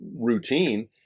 routine